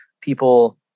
people